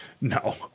no